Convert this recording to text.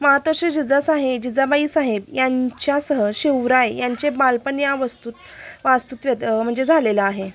मातोश्री जिजासाहेब जिजाबाई साहेब यांच्यासह शिवराय यांचे बालपण या वास्तूत वास्तुत्व म्हणजे झालेलं आहे